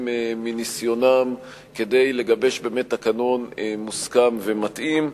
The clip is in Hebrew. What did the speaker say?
מניסיונם כדי לגבש תקנון מוסכם ומתאים.